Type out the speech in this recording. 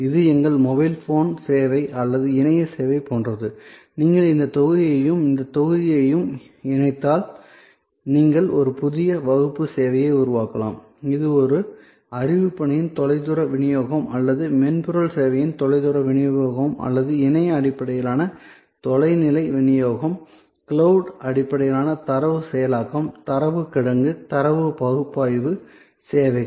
இது எங்கள் mobile phone சேவை அல்லது இணைய சேவை போன்றது நீங்கள் இந்த தொகுதியையும் இந்த தொகுதியையும் இணைத்தால் நீங்கள் ஒரு புதிய வகுப்பு சேவையை உருவாக்கலாம் இது ஒரு அறிவுப் பணியின் தொலைதூர விநியோகம் அல்லது மென்பொருள் சேவையின் தொலைநிலை விநியோகம் அல்லது இணைய அடிப்படையிலான தொலைநிலை விநியோகம் கிளவுட் அடிப்படையிலான தரவு செயலாக்கம் தரவு கிடங்கு தரவு பகுப்பாய்வு சேவைகள்